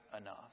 enough